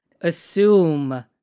assume